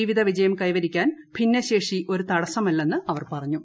ജീവിത വിജയം കൈവരിക്കാൻ ഭിന്നശേഷി ഒരു തടസ്സമല്ലെന്ന് അവർ പറഞ്ഞു